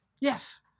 Yes